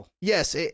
Yes